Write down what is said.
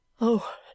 Oh